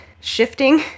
shifting